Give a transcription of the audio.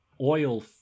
oil